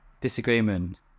disagreement